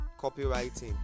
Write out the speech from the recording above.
copywriting